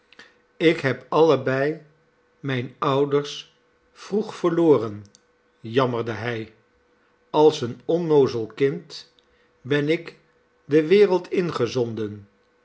ik heb allebei mijne ouders vroeg verloren jamnaerde hij als een onnoozel kind ben ik de wereld ingezonden